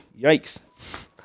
Yikes